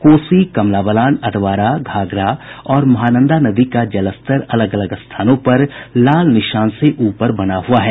कोसी कमला बलान अधवारा घाघरा और महानंदा नदी का जलस्तर अलग अलग स्थानों पर लाल निशान से ऊपर बना हुआ है